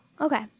Okay